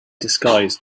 disguised